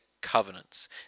covenants